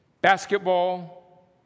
basketball